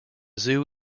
zoo